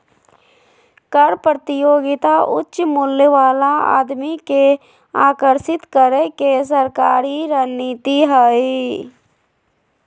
कर प्रतियोगिता उच्च मूल्य वाला आदमी के आकर्षित करे के सरकारी रणनीति हइ